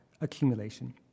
accumulation